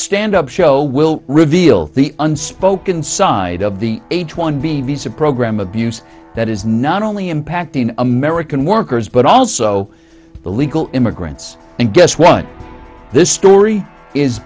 stand up show will reveal the unspoken side of the h one b visa program abuse that is not only impacting american workers but also illegal immigrants and guess what this story is